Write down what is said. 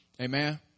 Amen